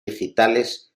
digitales